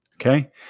okay